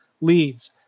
leads